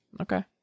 okay